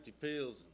pills